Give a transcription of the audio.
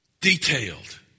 detailed